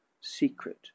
secret